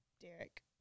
Derek